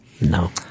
no